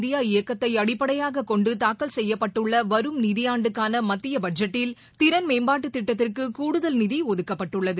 India இயக்கத்தைஅடிப்படையாகக் கொண்டுதாக்கல் செய்யப்பட்டுள்ளவரும் சயசா்பு நிதியாண்டுக்கானமத்தியபட்ஜெட்டில் திறன் மேம்பாட்டுதிட்டத்திற்குகூடுதல் நிதிஒதுக்கப்பட்டுள்ளது